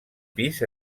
pis